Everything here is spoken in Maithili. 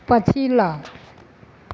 पछिला